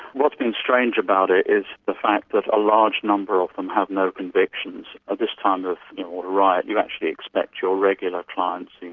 what's been strange about it is the fact that a large number of them have no convictions. at this kind of riot you actually expect your regular clients, you